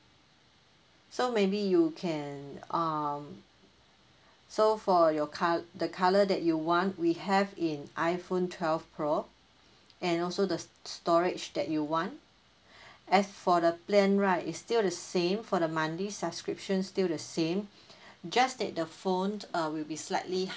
so maybe you can um so for your col~ the colour that you want we have in iphone twelve pro and also the storage that you want as for the plan right is still the same for the monthly subscription still the same just that the phone uh will be slightly